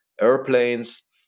airplanes